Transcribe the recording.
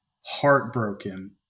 heartbroken